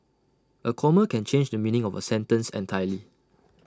A comma can change the meaning of A sentence entirely